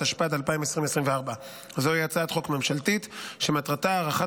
התשפ"ד 2024. זוהי הצעת חוק ממשלתית שמטרתה הארכת